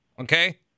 Okay